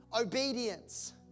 obedience